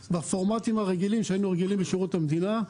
בפורמטים הרגילים שהיינו רגילים להם משירות המדינה.